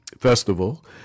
festival